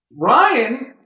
Ryan